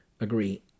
Agree